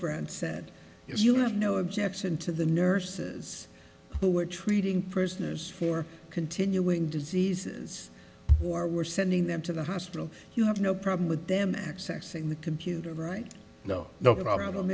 brant said if you have no objection to the nurses who are treating prisoners for continuing diseases or we're sending them to the hospital you have no problem with them accessing the computer right no the problem